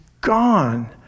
gone